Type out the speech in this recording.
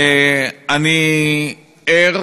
אני ער